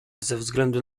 względu